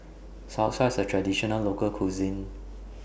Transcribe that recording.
Salsa IS A Traditional Local Cuisine